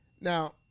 now